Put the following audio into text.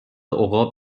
عقاب